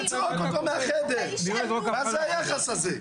תזרוק אותו מהחדר, מה זה היחס הזה?